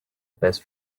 best